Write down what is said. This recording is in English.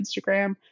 Instagram